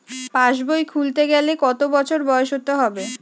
পাশবই খুলতে গেলে কত বছর বয়স হতে হবে?